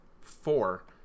four